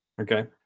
Okay